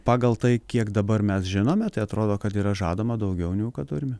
pagal tai kiek dabar mes žinome tai atrodo kad yra žadama daugiau negu kad turime